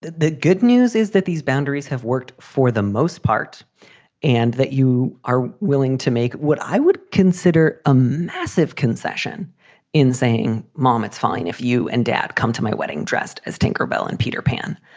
the the good news is that these boundaries have worked for the most part and that you are willing to make. what i would consider a massive concession in saying, mom, it's fine if you and dad come to my wedding dressed as tinker bell and peter pan.